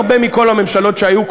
הכי הרבה מכל הממשלות שהיו,